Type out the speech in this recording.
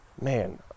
Man